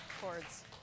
Cords